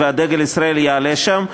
ודגל ישראל יעלה שם.